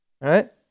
Right